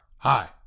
Hi